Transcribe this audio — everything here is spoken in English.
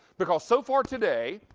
because so far today,